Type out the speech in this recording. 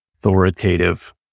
authoritative